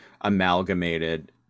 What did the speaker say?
amalgamated